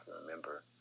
remember